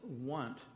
want